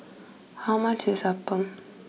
how much is Appam